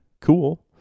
cool